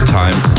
time